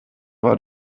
war